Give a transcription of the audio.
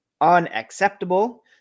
unacceptable